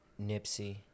Nipsey